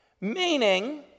Meaning